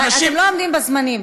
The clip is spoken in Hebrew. אתם לא עומדים בזמנים.